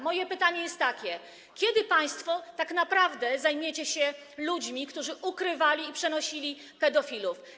Moje pytanie jest takie: Kiedy państwo tak naprawdę zajmiecie się ludźmi, którzy ukrywali i przenosili pedofilów?